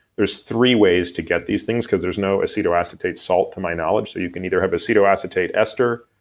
there's three ways to get these things, cause there's no acetoacetate salt to my knowledge. so you can either have acetoacetate ester,